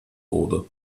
wurde